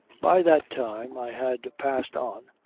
by that time i had passed on,